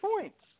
points